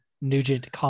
Nugent